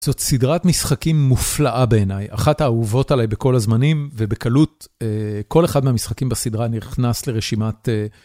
זאת סדרת משחקים מופלאה בעיניי, אחת האהובות עליי בכל הזמנים, ובקלות, כל אחד מהמשחקים בסדרה נכנס לרשימת...